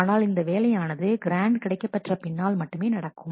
ஆனால் இந்த வேலையானது கிராண்ட் கிடைக்கப்பெற்ற பின்னால் மட்டுமே நடக்கும்